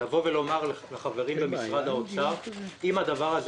לומר לחברים במשרד האוצר שאם הדבר הזה